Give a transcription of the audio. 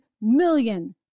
million